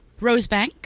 Rosebank